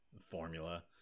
formula